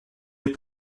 les